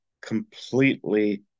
completely